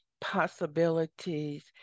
possibilities